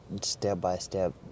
step-by-step